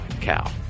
cow